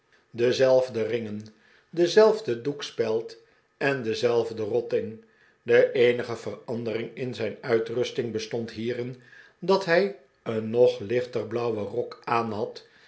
dezelfde ringen dezelfde doekspeld en dezelfde rotting de eenige verandering in zijn intrusting bestond hierin dat hij een nog lichter blauwen rok aanhad